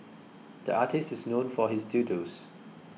the artist is known for his doodles